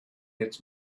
its